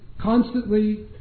constantly